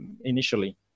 initially